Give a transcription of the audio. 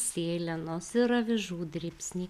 sėlenos ir avižų dribsniai